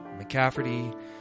McCafferty